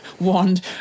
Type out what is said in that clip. wand